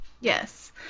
Yes